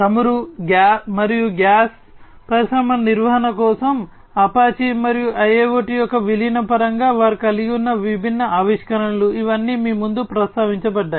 చమురు మరియు గ్యాస్ పరిశ్రమ నిర్వహణ కోసం అపాచీ మరియు IIoT యొక్క విలీనం పరంగా వారు కలిగి ఉన్న విభిన్న ఆవిష్కరణలు ఇవన్నీ మీ ముందు ప్రస్తావించబడ్డాయి